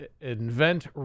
invent